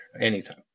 anytime